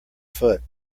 foot